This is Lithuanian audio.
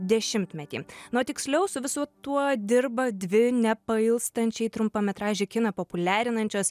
dešimtmetį nu o tiksliau su visu tuo dirba dvi nepailstančiai trumpametražį kiną populiarinančios